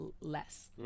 less